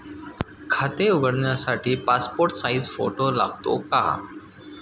खाते उघडण्यासाठी passport size photo लागतो का?